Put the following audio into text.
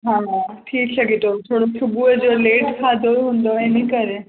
हा थी सघे थो थोरो सुबुह जो लेट खाधो हूंदुव इन करे